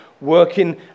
working